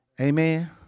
Amen